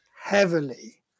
heavily